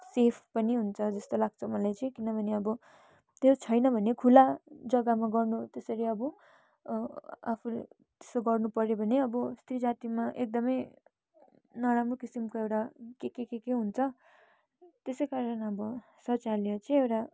safe पनि हुन्छ जस्तो लाग्छ मलाई चाहिँ किनभने अब त्यो छैन भने खुला जग्गामा गर्नु त्यसरी अब आफूले त्यसो गर्नुपऱ्यो भने अब स्त्री जातिमा एकदमै नराम्रो किसिमको एउटा के के के के हुन्छ त्यसै कारण अब शौचालय चाहिँ एउटा